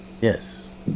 Yes